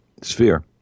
sphere